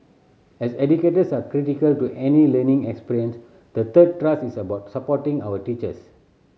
as educators are critical to any learning experience the third thrust is about supporting our teachers